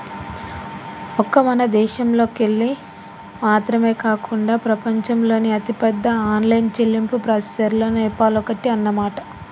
ఒక్క మన దేశంలోకెళ్ళి మాత్రమే కాకుండా ప్రపంచంలోని అతిపెద్ద ఆన్లైన్ చెల్లింపు ప్రాసెసర్లలో పేపాల్ ఒక్కటి అన్నమాట